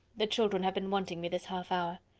the children have been wanting me this half hour.